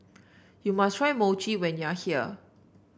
you must try Mochi when you are here